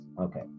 Okay